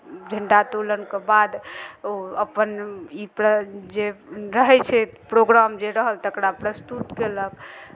झण्डोत्तोलनके बाद ओ अपन ई प्र जे रहै छै प्रोग्राम जे रहल तकरा प्रस्तुत कयलक